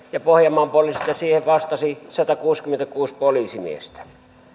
ja pohjanmaan poliisista siihen vastasi satakuusikymmentäkuusi poliisimiestä